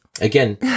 Again